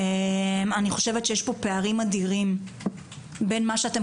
אני חושבת שיש פה פערים אדירים בין מה שאתם